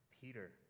Peter